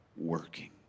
Working